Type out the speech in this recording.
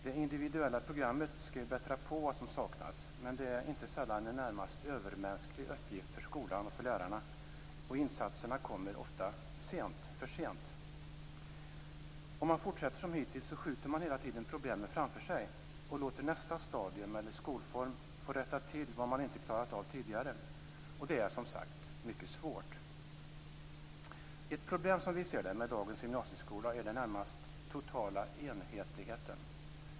Det individuella programmet skall bättra på vad som saknas, men det är inte sällan en närmast en övermänsklig uppgift för skolan och för lärarna. Insatserna kommer ofta för sent. Om man fortsätter som hittills skjuter man hela tiden problemen framför sig och låter nästa stadium eller skolform få rätta till vad man inte klarat av tidigare. Det är, som sagt, mycket svårt. Ett problem med dagens gymnasieskola är den närmast totala enhetligheten.